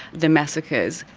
the massacres,